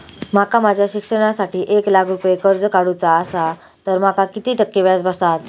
माका माझ्या शिक्षणासाठी एक लाख रुपये कर्ज काढू चा असा तर माका किती टक्के व्याज बसात?